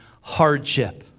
hardship